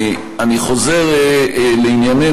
אני חוזר לענייננו.